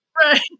Right